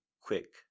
quick